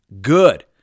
good